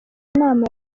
inama